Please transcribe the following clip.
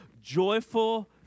joyful